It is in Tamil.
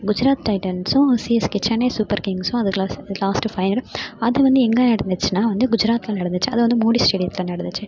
குஜராத் டைட்டன்ஸும் CSK Chennai super கிங்ஸ்ஸும் last final அது வந்து எங்கே நடந்துச்சுனா வந்து குஜராத்தில் நடந்துச்சு அதாவது மோடி ஸ்டேடியத்தில் நடந்துச்சு